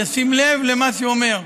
ישים לב מה שהוא אומר,